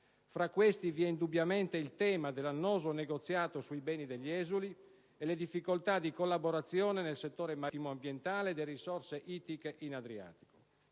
Fra questi vi è indubbiamente il tema dell'annoso negoziato sui beni degli esuli e le difficoltà di collaborazione nei settori marittimo, ambientale e delle risorse ittiche in Adriatico.